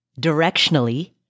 directionally